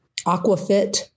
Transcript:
Aquafit